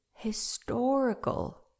historical